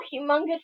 humongous